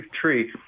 tree